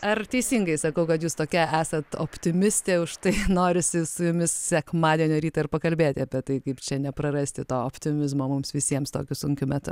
ar teisingai sakau kad jūs tokia esat optimistė už tai norisi su jumis sekmadienio rytą ir pakalbėti apie tai kaip čia neprarasti to optimizmo mums visiems tokiu sunkiu metu